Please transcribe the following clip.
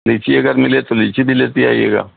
لیچی اگر ملے تو لیچی بھی لیتی آئیے گا